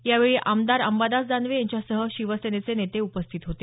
यावेळी आमदार अंबादास दानवे यांच्यासह शिवसेनेचे नेते उपस्थित होते